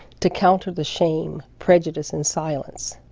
to counter the shame, prejudice and silence,